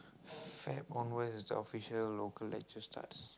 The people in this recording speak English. Feb onwards is the official local lecture starts